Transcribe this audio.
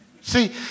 See